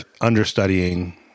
understudying